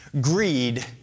Greed